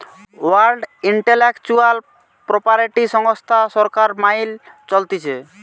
world Intellectual Property সংস্থা সরকার মাইল চলতিছে